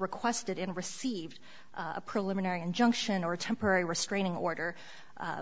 requested and received a preliminary injunction or temporary restraining order